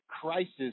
crisis